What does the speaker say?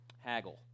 haggle